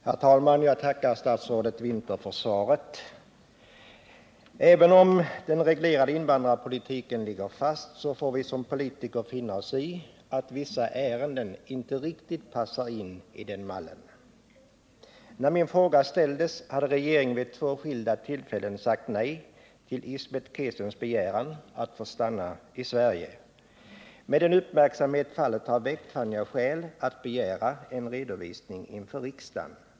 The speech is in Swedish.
Herr talman! Jag tackar statsrådet Winther för svaret. Även om den reglerade invandringspolitiken ligger fast får vi som politiker finna oss i att vissa ärenden inte riktigt passar in i den mallen. När min fråga ställdes hade regeringen vid två skilda tillfällen sagt nej till Ismet Kesene begäran att få stanna i Sverige. Med den uppmärksamhet fallet har väckt fann jag skäl att begära en redovisning inför riksdagen.